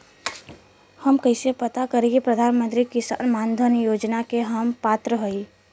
हम कइसे पता करी कि प्रधान मंत्री किसान मानधन योजना के हम पात्र हई?